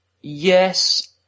Yes